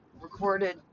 recorded